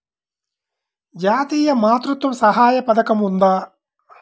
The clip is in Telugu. జాతీయ మాతృత్వ సహాయ పథకం ఉందా?